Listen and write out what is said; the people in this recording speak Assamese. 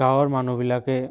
গাঁৱৰ মানুহবিলাকে